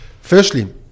Firstly